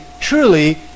truly